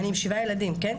אני עם שבעה ילדים, כן,